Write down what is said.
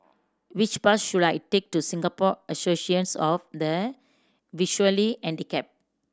which bus should I take to Singapore Association of the Visually Handicapped